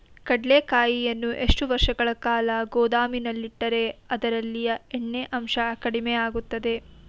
ಕಡ್ಲೆಕಾಯಿಯನ್ನು ಎಷ್ಟು ವರ್ಷಗಳ ಕಾಲ ಗೋದಾಮಿನಲ್ಲಿಟ್ಟರೆ ಅದರಲ್ಲಿಯ ಎಣ್ಣೆ ಅಂಶ ಕಡಿಮೆ ಆಗುತ್ತದೆ?